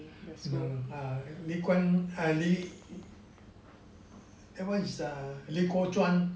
no no err lee kuan lee that one is lee koh chuan